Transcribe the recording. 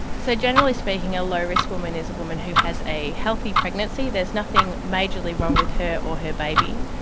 so generally speaking a low risk woman is a woman who has a healthy pregnancy, there's nothing majorly wrong with her or her baby,